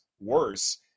worse